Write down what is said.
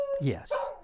Yes